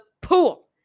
pool